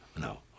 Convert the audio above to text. No